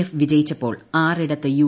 F വിജയിച്ചപ്പോൾ ആറിടത്ത് you